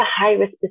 high-risk